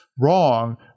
wrong